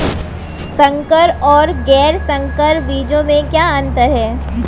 संकर और गैर संकर बीजों में क्या अंतर है?